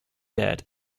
debt